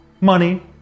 money